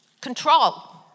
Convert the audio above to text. control